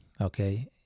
okay